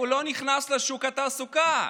הוא לא נכנס לשוק התעסוקה.